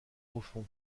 profond